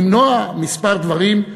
למנוע כמה דברים.